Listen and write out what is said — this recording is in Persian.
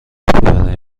برای